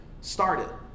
started